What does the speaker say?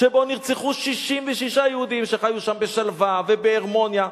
שבו נרצחו 66 יהודים שחיו שם בשלווה ובהרמוניה,